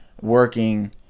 working